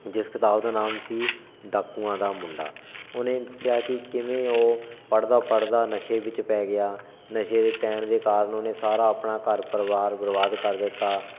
ਜਿਸ ਕਿਤਾਬ ਦਾ ਨਾਮ ਸੀ ਡਾਕੂਆਂ ਦਾ ਮੁੰਡਾ ਉਹਨੇ ਦੱਸਿਆ ਕਿ ਕਿਵੇਂ ਉਹ ਪੜ੍ਹਦਾ ਪੜ੍ਹਦਾ ਨਸ਼ੇ ਵਿੱਚ ਪੈ ਗਿਆ ਨਸ਼ੇ ਦੇ ਪੈਣ ਦੇ ਕਾਰਨ ਉਹਨੇ ਸਾਰਾ ਆਪਣਾ ਘਰ ਪਰਿਵਾਰ ਬਰਬਾਦ ਕਰ ਦਿੱਤਾ